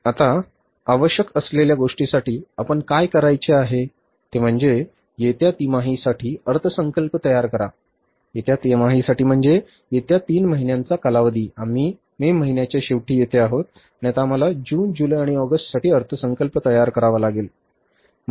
आत्ता आवश्यक असलेल्या गोष्टीसाठी आपण काय करायचे आहे ते म्हणजे येत्या तिमाही साठी अर्थसंकल्प तयार करा येत्या तिमाही साठी म्हणजे येत्या 3 महिन्यांचा कालावधी आम्ही मे महिन्याच्या शेवटी येथे आहोत आणि आता आम्हाला जून जुलै आणि ऑगस्ट साठी अर्थसंकल्प तयार करावा लागेल